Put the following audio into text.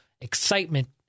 excitement